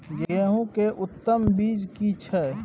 गेहूं के उत्तम बीज की छै?